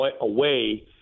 away